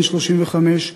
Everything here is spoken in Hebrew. בן 35,